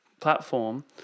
platform